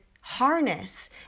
harness